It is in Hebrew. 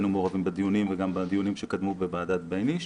היינו מעורבים בדיונים וגם בדיונים שקדמו בוועדת בינייש.